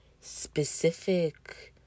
specific